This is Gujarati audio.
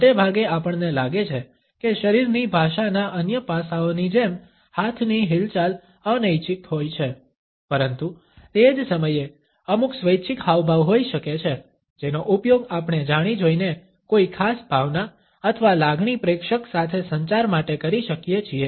મોટેભાગે આપણને લાગે છે કે શરીરની ભાષાના અન્ય પાસાઓની જેમ હાથની હિલચાલ અનૈચ્છિક હોય છે પરંતુ તે જ સમયે અમુક સ્વૈચ્છિક હાવભાવ હોઈ શકે છે જેનો ઉપયોગ આપણે જાણી જોઈને કોઈ ખાસ ભાવના અથવા લાગણી પ્રેક્ષક સાથે સંચાર માટે કરી શકીએ છીએ